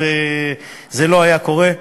זה לא היה קורה.